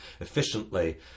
efficiently